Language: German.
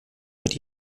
mit